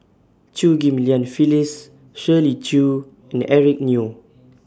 Chew Ghim Lian Phyllis Shirley Chew and Eric Neo